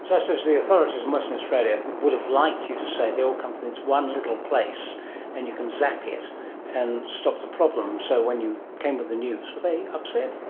so i suppose the authorities in western australia would have liked you to say they all come from this one little place and you can zap it and stop the problem. so when you came with the news were they upset?